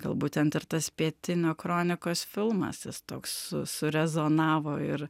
gal būtent ir tas pietinia kronikos filmas jis toks surezonavo ir